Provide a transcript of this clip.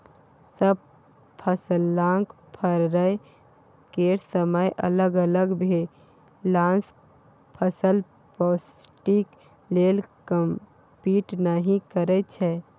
सब फसलक फरय केर समय अलग अलग भेलासँ फसल पौष्टिक लेल कंपीट नहि करय छै